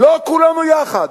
לא כולנו יחד.